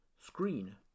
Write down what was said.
screen